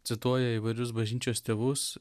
cituoja įvairius bažnyčios tėvus